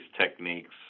techniques